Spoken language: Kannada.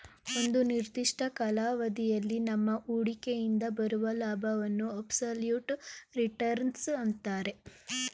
ಒಂದು ನಿರ್ದಿಷ್ಟ ಕಾಲಾವಧಿಯಲ್ಲಿ ನಮ್ಮ ಹೂಡಿಕೆಯಿಂದ ಬರುವ ಲಾಭವನ್ನು ಅಬ್ಸಲ್ಯೂಟ್ ರಿಟರ್ನ್ಸ್ ಅಂತರೆ